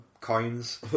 coins